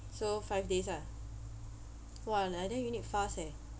so five days ah !wah! like that you need fast eh